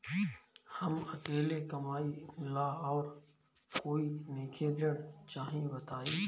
हम अकेले कमाई ला और कोई नइखे ऋण चाही बताई?